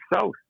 south